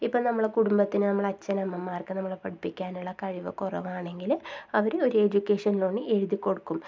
ഇപ്പോൾ നമ്മളെ കുടുംബത്തിന് അച്ഛനമ്മമാർക്ക് നമ്മളെ പഠിപ്പിക്കാനുള്ള കഴിവ് കുറവാണെങ്കിൽ അവർ ഒരു എഡ്യൂക്കേഷൻ ലോണ് എഴുതിക്കൊടുക്കും